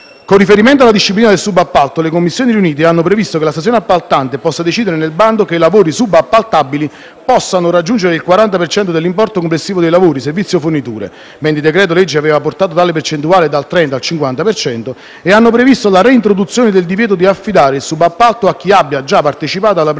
Con riferimento alla disciplina del subappalto, le Commissioni riunite hanno previsto che la stazione appaltante possa decidere nel bando che i lavori subappaltabili possano raggiungere il 40 per cento dell'importo complessivo dei lavori, servizi o forniture (mentre il decreto-legge aveva portato tale percentuale dal 30 al 50 per cento), e hanno previsto la reintroduzione del divieto di affidare il subappalto a chi abbia già partecipato alla procedura